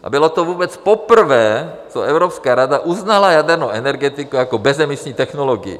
A bylo to vůbec poprvé, co Evropská rada uznala jadernou energetiku jako bezemisní technologii.